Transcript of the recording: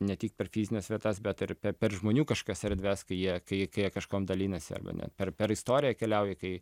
ne tik per fizines vietas bet ir pe per žmonių kažkokias erdves kai jie kai jie kai jie kažkuom dalinasi arba net per per istoriją keliauji kai